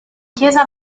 chiesa